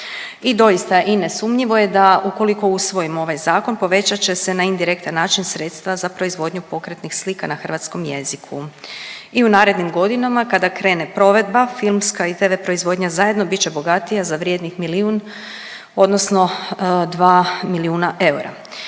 I doista i nesumnjivo je da ukoliko usvojimo ovaj zakon povećat će se na indirektan način sredstva za proizvodnju pokretnih slika na hrvatskom jeziku i u narednim godinama kada krene provedba filmska i TV proizvodnja zajedno bit će bogatija za vrijednih milijun odnosno dva milijuna eura.